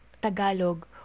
Tagalog